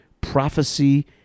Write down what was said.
prophecy